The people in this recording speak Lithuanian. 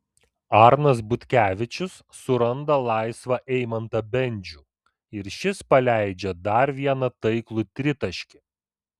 arnas butkevičius suranda laisvą eimantą bendžių ir šis paleidžia dar vieną taiklų tritaškį